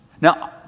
Now